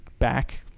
back